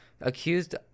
accused